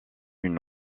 une